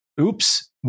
oops